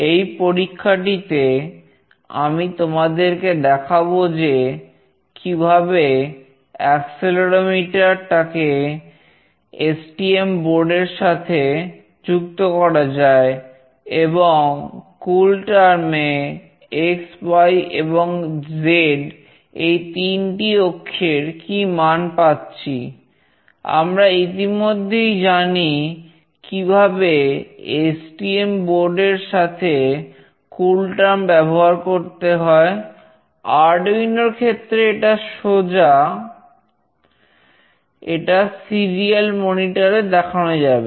এই পরীক্ষাটিতে আমি তোমাদেরকে দেখাবো যে কিভাবে অ্যাক্সেলেরোমিটার এ দেখানো যাবে